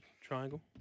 Triangle